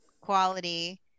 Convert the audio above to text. quality